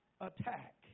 attack